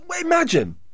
Imagine